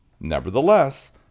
Nevertheless